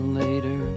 later